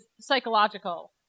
psychological